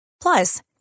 Plus